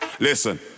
Listen